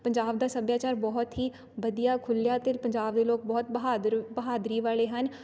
ਪੰਜਾਬ ਦਾ ਸੱਭਿਆਚਾਰ ਬਹੁਤ ਹੀ ਵਧੀਆ ਖੁੱਲ੍ਹਿਆ ਅਤੇ ਪੰਜਾਬ ਦੇ ਲੋਕ ਬਹੁਤ ਬਹਾਦਰ ਬਹਾਦਰੀ ਵਾਲੇ ਹਨ